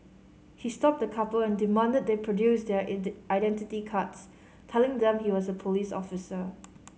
he stopped the couple and demanded they produce their identity cards telling them he was a police officer